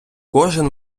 кожен